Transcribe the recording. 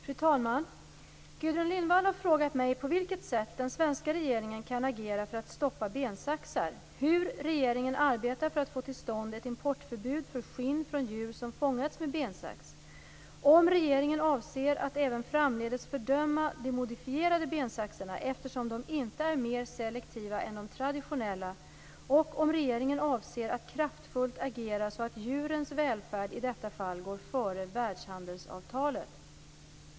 Fru talman! Gudrun Lindvall har frågat mig på vilket sätt den svenska regeringen kan agera för att stoppa bensaxar, hur regeringen arbetar för att få till stånd ett importförbud för skinn från djur som fångats med bensax, om regeringen avser att även framdeles fördöma de modifierade bensaxarna eftersom de inte är mer selektiva än de traditionella och om regeringen avser att kraftfullt agera så att djurens välfärd i detta fall går före världshandelsavtalet.